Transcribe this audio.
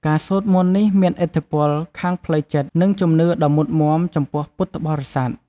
ការសូត្រមន្តនេះមានឥទ្ធិពលខាងផ្លូវចិត្ត និងជំនឿដ៏មុតមាំចំពោះពុទ្ធបរិស័ទ។